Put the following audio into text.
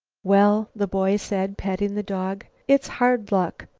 well, the boy said, patting the dog, it's hard luck,